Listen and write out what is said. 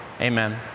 Amen